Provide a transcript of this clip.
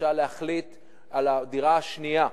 למשל להחליט על הדירה השנייה,